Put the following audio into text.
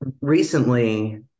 Recently